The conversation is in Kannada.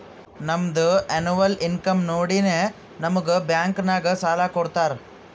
ನಮ್ದು ಎನ್ನವಲ್ ಇನ್ಕಮ್ ನೋಡಿನೇ ನಮುಗ್ ಬ್ಯಾಂಕ್ ನಾಗ್ ಸಾಲ ಕೊಡ್ತಾರ